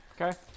Okay